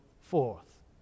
forth